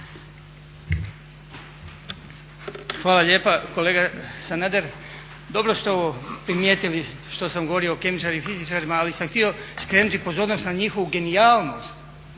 Hvala lijepa. Kolega Sanader, dobro ste ovo primijetili što sam govorio o kemičarima i fizičarima, ali sam htio skrenuti pozornost na njihovu genijalnost.